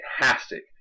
fantastic